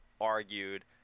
argued